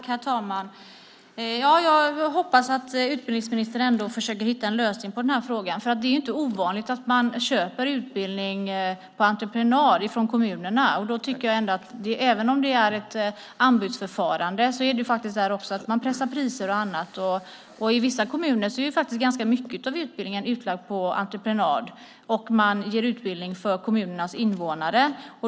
Herr talman! Jag hoppas att utbildningsministern ändå försöker hitta en lösning på den här frågan. Det är ju inte ovanligt att kommuner köper utbildning på entreprenad. Det är ett anbudsförfarande där man pressar priser och så vidare. I vissa kommuner är faktiskt ganska mycket av utbildningen utlagd på entreprenad, och man ger utbildning till kommunernas invånare.